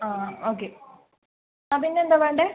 ആ ഓക്കെ അതിനെന്താ വേണ്ടത്